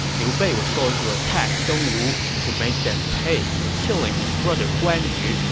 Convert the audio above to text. liu bei was going to attack dongwu to make them pay for killing his brother guan yu,